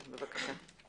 בבקשה.